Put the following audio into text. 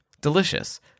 Delicious